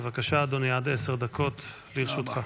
בבקשה, אדוני, עד עשר דקות לרשותך.